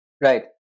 Right